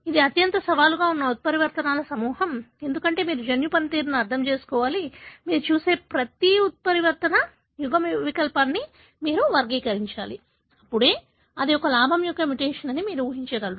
ఇది అత్యంత సవాలుగా ఉన్న ఉత్పరివర్తనాల సమూహం ఎందుకంటే మీరు జన్యు పనితీరును అర్థం చేసుకోవాలి మీరు చూసే ప్రతి ఉత్పరివర్తన యుగ్మవికల్పాన్ని మీరు వర్గీకరించాలి అప్పుడే అది ఒక లాభం యొక్క మ్యుటేషన్ అని మీరు ఊహించగలరు